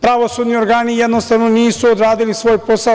Pravosudni organi jednostavno nisu odradili svoj posao.